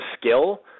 skill